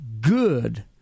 good